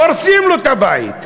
הורסים לו את הבית.